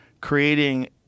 creating